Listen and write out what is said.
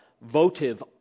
votive